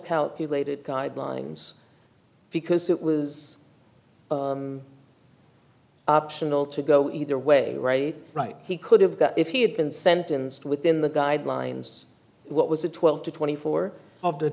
calculated guidelines because it was optional to go either way right right he could have got if he had been sentenced within the guidelines what was it twelve to twenty four of the